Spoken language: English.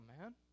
man